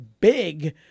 big